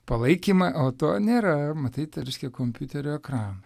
palaikymą o to nėra matyt reiškia kompiuterio ekraną